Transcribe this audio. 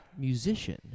Musician